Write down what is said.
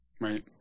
Right